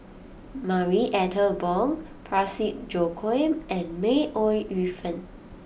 Marie Ethel Bong Parsick Joaquim and May Ooi Yu Fen